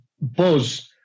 buzz